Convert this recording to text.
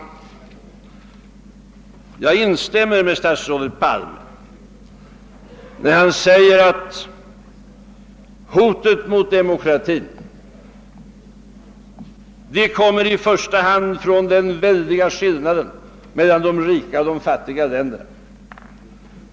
Slutligen instämmer jag med statsrådet Palme när han säger att hotet mot demokratin i första hand kommer från den oehörda skillnaden mellan rika och fattiga länder.